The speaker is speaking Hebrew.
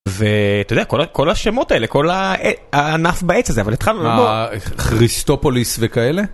ואתה יודע, כל השמות האלה, כל הענף בעץ הזה, אבל התחלנו לדבר... החריסטופוליס וכאלה?